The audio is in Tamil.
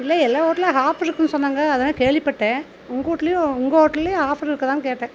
இல்லை எல்லா ஹோட்டலையும் ஆஃபர் இருக்குன்னு சொன்னாங்க அதான் கேள்விப்பட்டேன் உங்கூட்லேயும் உங்கள் ஹோட்டலையும் ஆஃபர் இருக்குதான்னு கேட்டேன்